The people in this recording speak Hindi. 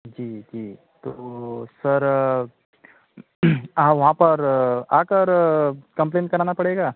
जी जी तो सर वहाँ पर आकर कंप्लेन कराना पड़ेगा